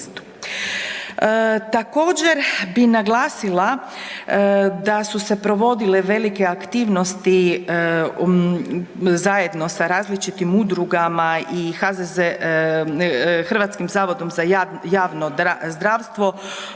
Također bi naglasila da su se provodile velike aktivnosti zajedno sa različitim udrugama i HZZ, HZJZ, udrugom „Ludruga